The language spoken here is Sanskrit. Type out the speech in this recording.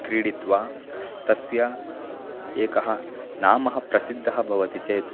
क्रीडित्वा तस्य एकः नामः प्रसिद्धः भवति चेत्